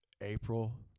April